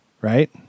Right